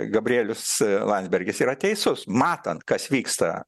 gabrielius landsbergis yra teisus matant kas vyksta